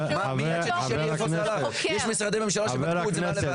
יש משרדי ממשלה שבדקו את זה מ-א' ועד ת'.